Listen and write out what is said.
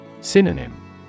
Synonym